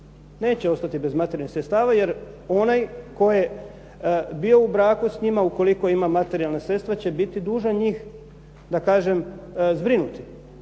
Neće ostati bez materijalnih sredstava jer onaj tko je bio u braku s njima ukoliko ima materijalna sredstva će biti dužan njih da kažem zbrinuti.